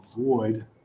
avoid